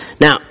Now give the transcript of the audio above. Now